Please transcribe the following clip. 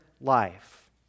life